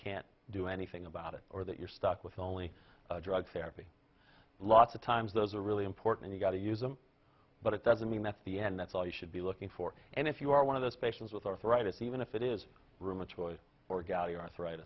can't do anything about it or that you're stuck with only drug therapy lots of times those are really important you've got to use them but it doesn't mean that's the end that's all you should be looking for and if you are one of those patients with arthritis even if it is rheumatoid or gal you're